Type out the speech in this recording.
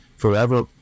forever